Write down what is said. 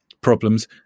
problems